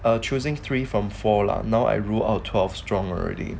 err I was choosing three from four lah now I rule out twelve strong already